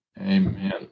Amen